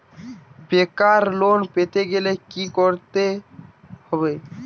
বেকার লোন পেতে গেলে কি করতে হবে?